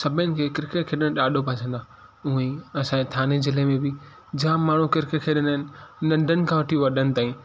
सभिनि खे क्रिकेट खेॾण ॾाढो पसंदि आहे हुअंई असांजे ठाणे जिले में बि जाम माण्हूं क्रिकेट खेॾंदा आहिनि नंढनि खां वठी वॾनि ताईं